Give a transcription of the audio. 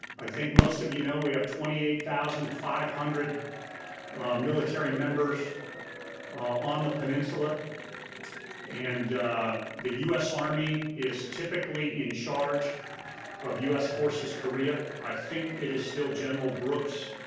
i think most of you know we have twenty eight thousand five hundred military members on the peninsula and the us army is typically in charge of us forces korea. i think it is still general brooks,